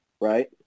right